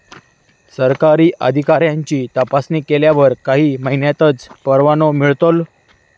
सरकारी अधिकाऱ्यांची तपासणी केल्यावर काही महिन्यांतच परवानो मिळतलो